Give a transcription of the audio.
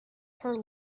her